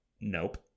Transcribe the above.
Nope